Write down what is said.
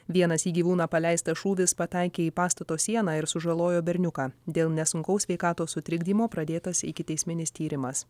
vienas į gyvūną paleistas šūvis pataikė į pastato sieną ir sužalojo berniuką dėl nesunkaus sveikatos sutrikdymo pradėtas ikiteisminis tyrimas